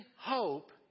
hope